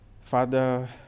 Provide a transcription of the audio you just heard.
Father